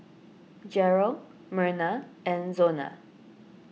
Jerrel Merna and Zona